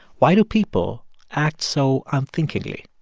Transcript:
why do people act so unthinkingly?